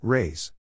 Raise